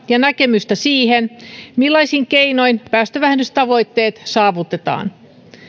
ja sitoutumista siihen millaisin keinoin päästövähennystavoitteet saavutetaan